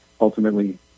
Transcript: ultimately